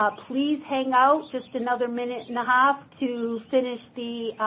ah please hang out just another minute and a half to finish the